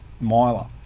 miler